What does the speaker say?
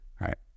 Right